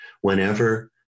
whenever